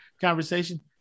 conversation